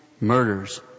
murders